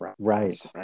Right